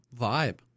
vibe